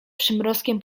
przymrozkiem